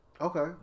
Okay